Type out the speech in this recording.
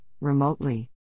remotely